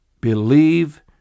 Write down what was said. believe